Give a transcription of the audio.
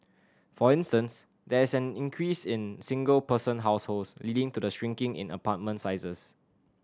for instance there is an increase in single person households leading to the shrinking in apartment sizes